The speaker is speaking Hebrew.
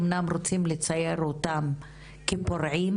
אמנם רוצים לצייר אותם כפורעים,